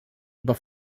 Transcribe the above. über